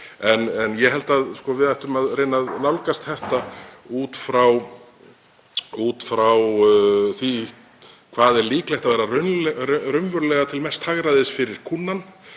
En ég held að við ættum að reyna að nálgast þetta út frá því hvað er líklegt til að vera raunverulega til mests hagræðis fyrir kúnnann